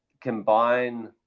combine